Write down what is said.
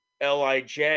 LIJ